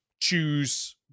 choose